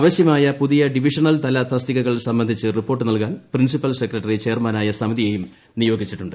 ആവശ്യമായ പുതിയ ഡിവിഷണൽ തല തസ്തികകൾ സംബന്ധിച്ച് റിപ്പോർട്ട് നല്കാൻ പ്രിൻസിപ്പൽ സെക്രട്ടറി ചെയർമാനായ സമിതിയെയും നിയോഗിച്ചിട്ടുണ്ട്